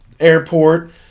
Airport